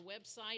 website